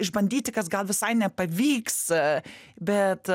išbandyti kas gal visai nepavyks bet